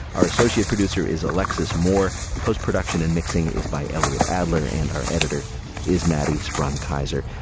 our associate producer is alexis moore. post production and mixing is by elliott adler and our editor is maddy sprung-keyser.